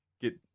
get